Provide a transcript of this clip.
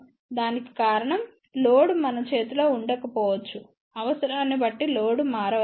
దానికి కారణం లోడ్ మన చేతిలో ఉండకపోవచ్చు అవసరాన్ని బట్టి లోడ్ మారవచ్చు